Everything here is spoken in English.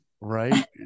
right